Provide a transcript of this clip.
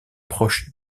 proche